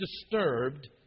disturbed